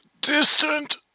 Distant